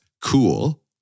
cool